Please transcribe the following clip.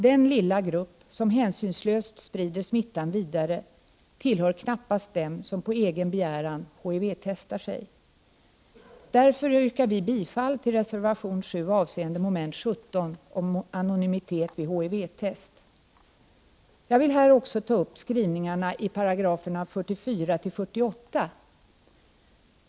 Den lilla grupp människor som hänsynslöst sprider smittan vidare tillhör knappast dem som på egen begäran HIV-testar sig. Därför yrkar vi bifall till reservation 7 avseende mom. 17 om anonymitet vid HIV-test. Jag vill också ta upp skrivningarna i 44—48 §§.